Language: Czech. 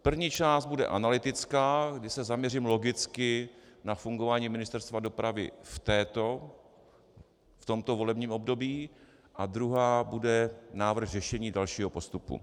První část bude analytická, kdy se zaměřím logicky na fungování Ministerstva dopravy v tomto volebním období, a druhá bude návrh řešení dalšího postupu.